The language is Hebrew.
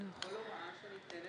--- כן, אבל באופן שאתה מציע,